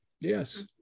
Yes